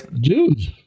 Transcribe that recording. Dude